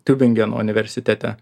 tiubingeno universitete